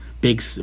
big